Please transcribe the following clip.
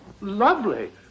Lovely